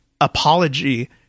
apology